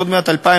עוד מעט 2016,